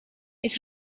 his